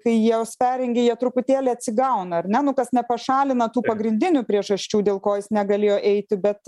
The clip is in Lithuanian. kai juos perrengi jie truputėlį atsigauna ar ne nu nepašalina pagrindinių priežasčių dėl ko jis negalėjo eiti bet